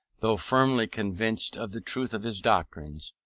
though firmly convinced of the truth of his doctrines,